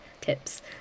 tips